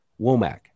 Womack